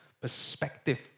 perspective